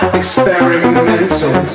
experimental